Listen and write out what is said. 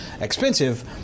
expensive